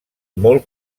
molt